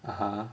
(uh huh)